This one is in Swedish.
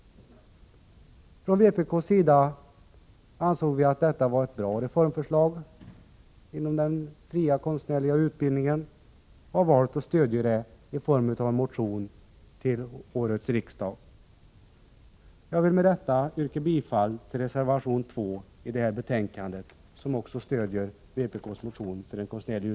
Vpk anser att detta är ett bra reformförslag och har därför valt att stödja det i form av en motion till årets riksdag. Herr talman! Jag vill med det sagda yrka bifall till reservation 2 och 7.